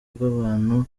rw’abantu